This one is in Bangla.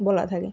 বলা থাকে